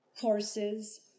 courses